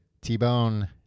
T-Bone